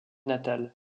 natale